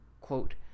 quote